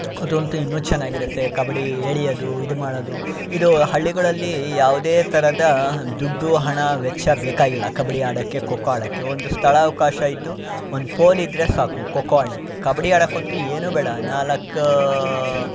ಅದಂತೂ ಇನ್ನೂ ಚೆನ್ನಾಗಿರುತ್ತೆ ಕಬಡ್ಡಿ ಎಳಿಯೋದು ಇದು ಮಾಡೋದು ಇದು ಹಳ್ಳಿಗಳಲ್ಲಿ ಯಾವುದೇ ಥರದ ದುಡ್ಡು ಹಣ ವೆಚ್ಚ ಬೇಕಾಗಿಲ್ಲ ಕಬಡ್ಡಿ ಆಡೋಕ್ಕೆ ಖೋಖೋ ಆಡೋಕ್ಕೆ ಒಂದು ಸ್ಥಳಾವಕಾಶ ಇದ್ದು ಒಂದು ಪೋಲ್ ಇದ್ದರೆ ಸಾಕು ಖೋಖೋ ಆಡಲಿಕ್ಕೆ ಕಬಡ್ಡಿ ಆಡೋಕಂತೂ ಏನು ಬೇಡ ನಾಲ್ಕು